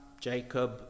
Jacob